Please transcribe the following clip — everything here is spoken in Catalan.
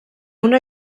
una